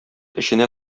эченә